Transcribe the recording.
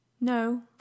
No